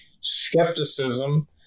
skepticism